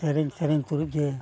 ᱥᱮᱨᱮᱧ ᱥᱮᱨᱮᱧ ᱛᱩᱞᱩᱡ ᱜᱮ